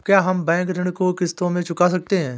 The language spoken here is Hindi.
क्या हम बैंक ऋण को किश्तों में चुका सकते हैं?